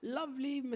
lovely